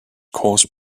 course